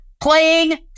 playing